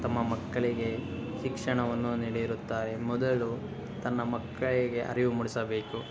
ತಮ್ಮ ಮಕ್ಕಳಿಗೆ ಶಿಕ್ಷಣವನ್ನು ನೀಡಿರುತ್ತಾರೆ ಮೊದಲು ತನ್ನ ಮಕ್ಕಳಿಗೆ ಅರಿವು ಮೂಡಿಸಬೇಕು